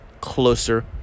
closer